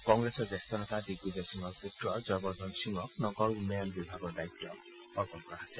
কংগ্ৰেছৰ জ্যেষ্ঠ নেতা দিগ্বিজয় সিঙৰ পুত্ৰ জয়বৰ্ধন সিঙক চহৰ উন্নয়ন বিভাগৰ দায়িত্ব অৰ্পণ কৰিছে